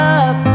up